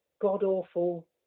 god-awful